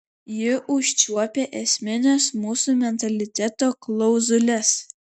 ji užčiuopia esmines mūsų mentaliteto klauzules